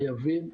חייבים,